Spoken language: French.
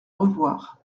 revoir